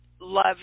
love